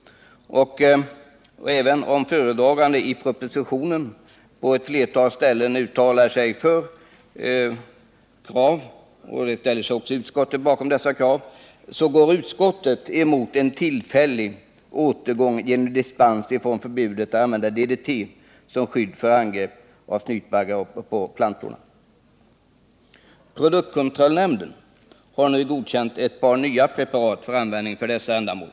Även om departementschefen i propositionen på flera ställen har uttalat sig för dessa krav, vilka även utskottet ställer sig bakom, går utskottet emot en tillfällig återgång genom dispens från förbudet att använda DDT som skydd mot angrepp på plantorna av snytbaggar. Produktkontrollnämnden har nu godkänt ett par nya preparat för användning på det här området.